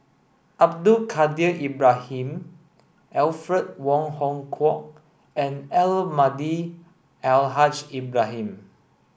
Abdul Kadir Ibrahim Alfred Wong Hong Kwok and Almahdi Al Haj Ibrahim